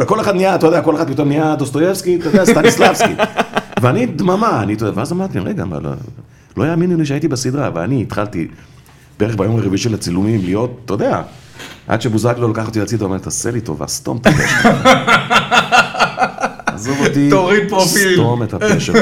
וכל אחד נהיה, אתה יודע, כל אחד פתאום נהיה דוסטויבסקי, אתה יודע, סטניסלבסקי. ואני דממה, אני, ואז אמרתי, רגע, לא יאמינו לי שהייתי בסדרה, ואני התחלתי, בערך ביום הרביעי של הצילומים להיות, אתה יודע, עד שבוזגלו לקח אותי הצידה, הוא אמר, תעשה לי טובה, סתום את הפה שלך. עזוב אותי, תוריד פרופיל. סתום את הפה שלך.